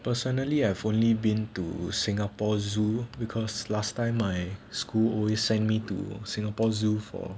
personally I've only been to singapore zoo because last time my school always send me to singapore zoo for